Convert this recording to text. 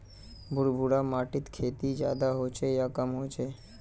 भुर भुरा माटिर खेती ज्यादा होचे या कम होचए?